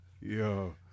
Yo